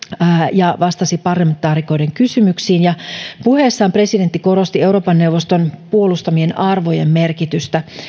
ja vastasi parlamentaarikoiden kysymyksiin puheessaan presidentti korosti euroopan neuvoston puolustamien arvojen merkitystä